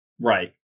Right